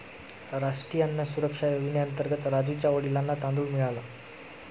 राष्ट्रीय अन्न सुरक्षा योजनेअंतर्गत राजुच्या वडिलांना तांदूळ मिळाला